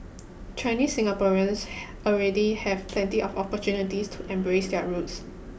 Chinese Singaporeans have already have plenty of opportunities to embrace their roots